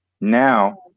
Now